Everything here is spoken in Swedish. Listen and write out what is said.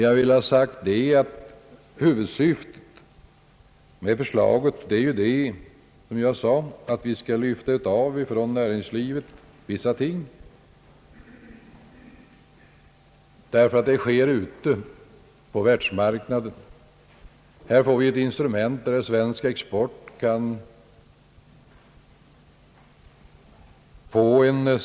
Jag vill emellertid ha sagt, att huvudsyftet med förslaget är — som jag sade förut — att lyfta av näringslivet vissa bördor, därför att så sker ute på världsmarknaden. Här får vi ett instrument som ger svensk export skattelättnader.